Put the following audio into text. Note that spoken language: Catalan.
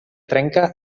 trenca